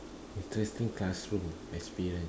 interesting classroom experience